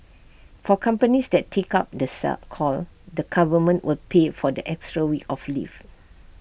for companies that take up the sell call the government will pay for the extra week of leave